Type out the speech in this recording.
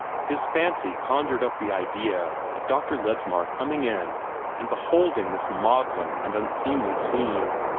his fancy conjured up the idea of dr. ledsmar coming in and beholding this maudlin and unseemly scene,